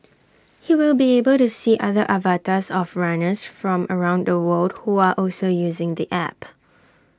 he will be able to see other avatars of runners from around the world who are also using the app